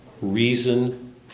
reason